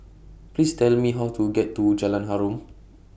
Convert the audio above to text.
Please Tell Me How to get to Jalan Harum